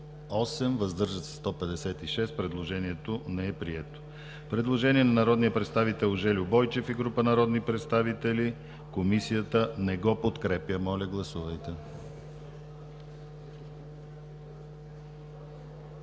въздържали се 156. Предложението не е прието. Предложение от народния представител Жельо Бойчев и група народни представители – Комисията не го подкрепя. Моля, гласувайте.